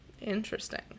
Interesting